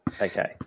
Okay